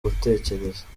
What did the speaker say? gutekereza